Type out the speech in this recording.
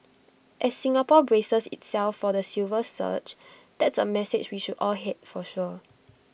as Singapore braces itself for the silver surge that's A message we should all heed for sure